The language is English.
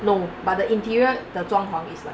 no but the interior 的装潢 is lah